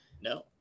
No